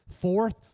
Fourth